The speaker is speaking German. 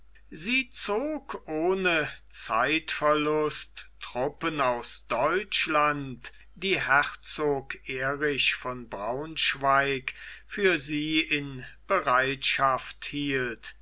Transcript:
sie zog ohne zeitverlust truppen aus deutschland die herzog erich von braunschweig für sie in bereitschaft hielt